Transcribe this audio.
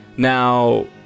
Now